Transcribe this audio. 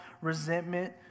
resentment